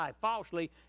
falsely